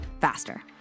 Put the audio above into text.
faster